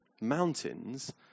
Mountains